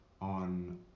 on